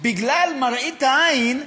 בגלל מראית העין,